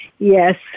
Yes